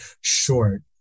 short